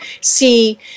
see